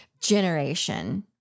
generation